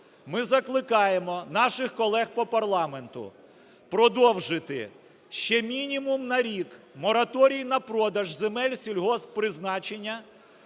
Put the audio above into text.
ми закликаємо наших колег по парламенту, продовжити ще мінімум на рік мораторій на продаж земель сільгосппризначення,